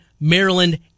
Maryland